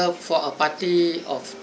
~er for a party of